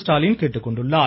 ஸ்டாலின் கேட்டுக்கொண்டுள்ளார்